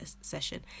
session